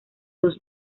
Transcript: dos